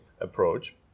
approach